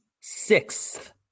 sixth